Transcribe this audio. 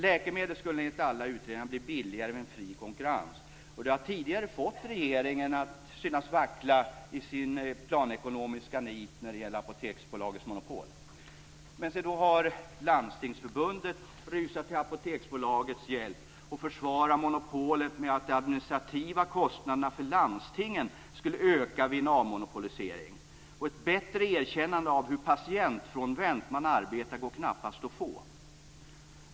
Läkemedel skulle enligt alla utredningar bli billigare vid en fri konkurrens, och det har tidigare fått regeringen att synas vackla i sin planekonomiska nit när det gäller Apoteksbolagets monopol. Men se då har Landstingsförbundet rusat till Apoteksbolagets hjälp och försvarat monopolet med att de administrativa kostnaderna för landstingen skulle öka vid en avmonopolisering. Ett bättre erkännande av hur patientfrånvänt man arbetar går knappast att få.